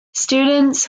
students